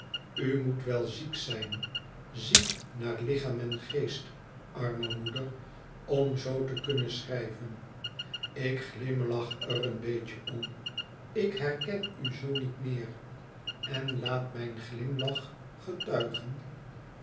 moet wel ziek zijn ziek naar lichaam en geest arme moeder om zoo te kunnen schrijven ik glimlach er een beetje om ik herken u zoo niet meer en laat mijn glimlach getuigen